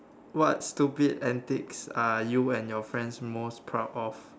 what stupid antics are you and your friends most proud of